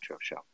show